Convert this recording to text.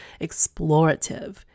explorative